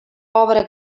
pobra